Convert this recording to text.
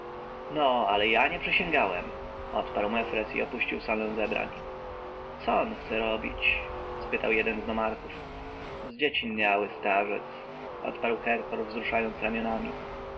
no ale ja nie przysięgałem odparł mefres i opuścił salę zebrań co on chce robić spytał jeden z nomarchów zdziecinniały starzec odparł herhor wzruszając ramionami